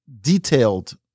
detailed